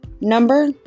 number